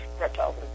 reptiles